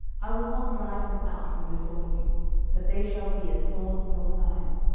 i will not drive them out from before you but they shall be as thorns in your sides,